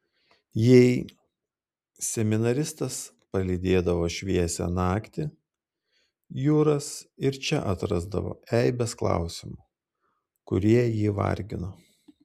jei seminaristas palydėdavo šviesią naktį juras ir čia atrasdavo eibes klausimų kurie jį vargino